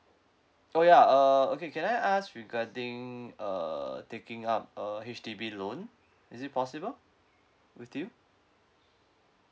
oh ya uh okay can I ask regarding err taking up a H_D_B loan is it possible with you